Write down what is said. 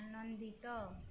ଆନନ୍ଦିତ